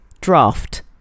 Draft